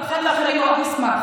ואחר כך אני מאוד אשמח.